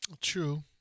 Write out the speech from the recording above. True